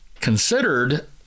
considered